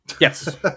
Yes